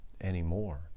anymore